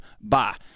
bye